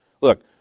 Look